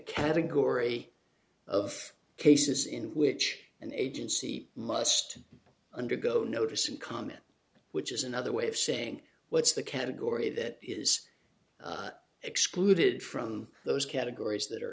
category of cases in which an agency must undergo notice and comment which is another way of saying what's the category that is excluded from those categories that are